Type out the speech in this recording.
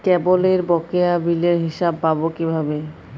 কেবলের বকেয়া বিলের হিসাব পাব কিভাবে?